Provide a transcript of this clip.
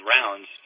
rounds